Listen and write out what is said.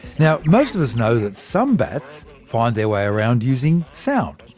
now most of us know that some bats find their way around using sound.